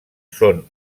són